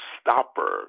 stopper